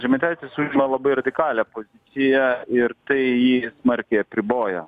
žemaitaitis užima labai radikalią poziciją ir tai jį smarkiai apriboja